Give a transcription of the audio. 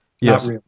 Yes